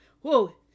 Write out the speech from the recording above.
whoa